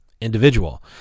individual